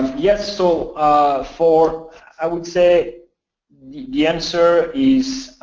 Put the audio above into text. yes. so for i would say the yeah answer is